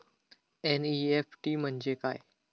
NEFT म्हणजे काय?